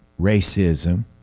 racism